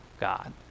God